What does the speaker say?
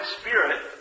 spirit